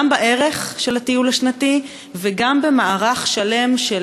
גם בערך של הטיול השנתי וגם במערך שלם של